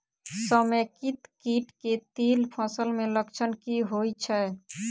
समेकित कीट केँ तिल फसल मे लक्षण की होइ छै?